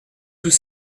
tout